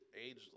aged